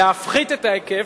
להפחית את ההיקף.